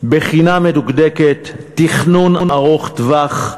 בחינה מדוקדקת, תכנון ארוך-טווח.